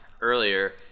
earlier